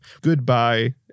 Goodbye